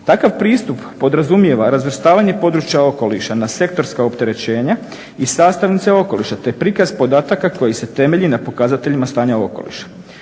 Takav pristup podrazumijeva razvrstavanje područja okoliša na sektorska opterećenja i sastavnice okoliša te prikaz podataka koji se temelji na pokazateljima stanja okoliša.